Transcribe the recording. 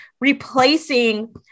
replacing